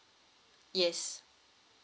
yes